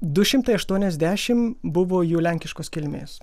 du šimtai aštuoniasdešimt buvo jų lenkiškos kilmės